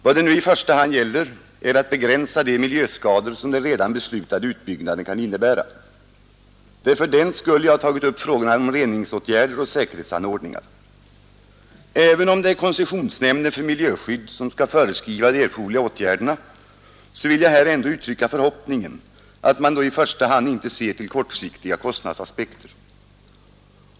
Vad det nu i första hand gäller är att begränsa de miljöskador, som den redan beslutade utbyggnaden kan innebära. Det är fördenskull jag tagit upp frågan om reningsåtgärder och säkerhetsanordningar. Även om det är koncessionsnämnden för miljöskydd som skall föreskriva de erforderliga åtgärderna, vill jag här ändå uttrycka förhoppningen att man då inte i första hand ser till kortsiktiga kostnadsaspekter.